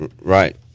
Right